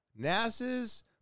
NASA's